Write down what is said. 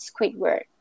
Squidward